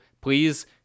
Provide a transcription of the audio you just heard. please